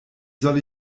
soll